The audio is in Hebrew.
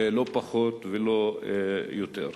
לא פחות ולא יותר,